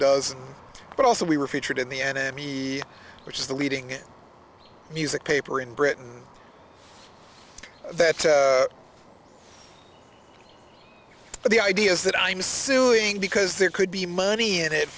dozen but also we were featured in the enemy which is the leading music paper in britain that the idea is that i'm suing because there could be money in it